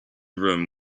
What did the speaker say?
room